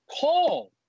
call